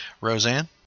Roseanne